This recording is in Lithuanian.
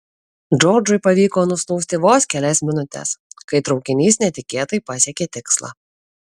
džordžui pavyko nusnūsti vos kelias minutes kai traukinys netikėtai pasiekė tikslą